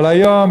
אבל היום,